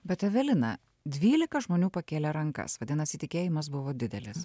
bet evelina dvylika žmonių pakėlė rankas vadinasi tikėjimas buvo didelis